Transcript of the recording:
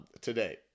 today